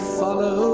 follow